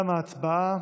תמה ההצבעה,